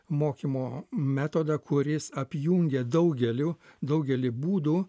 mokymo metodą kuris apjungia daugeliu daugelį būdų